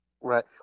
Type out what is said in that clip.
Right